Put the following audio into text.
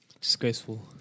Disgraceful